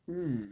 mm